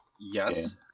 Yes